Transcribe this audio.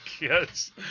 yes